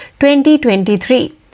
2023